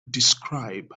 describe